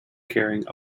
carrying